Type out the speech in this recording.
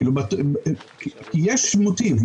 יש מוטיב,